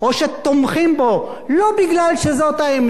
לא כי זאת העמדה האמיתית,